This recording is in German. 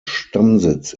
stammsitz